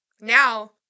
now